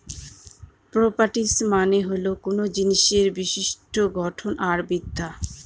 properties মানে হল কোনো জিনিসের বিশিষ্ট্য গঠন আর বিদ্যা